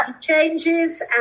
changes